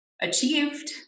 achieved